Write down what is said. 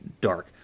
dark